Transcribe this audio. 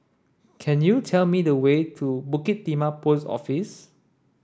can you tell me the way to Bukit Timah Post Office